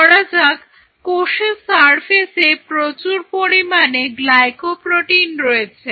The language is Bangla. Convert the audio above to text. ধরা যাক কোষের সারফেসে প্রচুর পরিমাণে গ্লাইকোপ্রোটিন রয়েছে